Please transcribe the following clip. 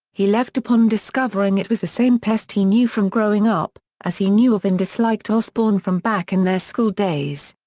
he left upon discovering it was the same pest he knew from growing up, as he knew of and disliked osbourne from back in their school days.